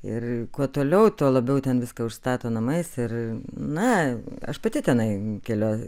ir kuo toliau tuo labiau ten viską užstato namais ir na aš pati tenai keliu